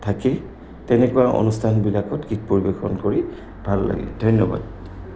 থাকেই তেনেকুৱা অনুষ্ঠানবিলাকত গীত পৰিৱেশন কৰি ভাল লাগে ধন্যবাদ